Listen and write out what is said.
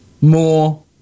more